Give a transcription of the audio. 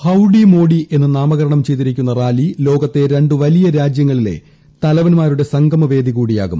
howdy Modi എന്ന് നാമകരണം ചെയ്തിരിക്കുന്ന റാലി ലോകത്തെ രണ്ടു വലിയ ജനാധിപത്യ രാജ്യങ്ങളിലെ തലവൻമാരുടെ സംഗമവേദി കൂടിയാകും